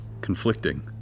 Conflicting